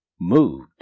moved